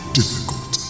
difficult